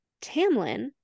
Tamlin